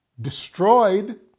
destroyed